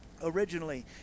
originally